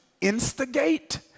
instigate